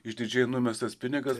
išdidžiai numestas pinigas